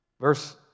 Verse